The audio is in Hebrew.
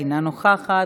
אינה נוכחת,